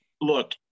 Look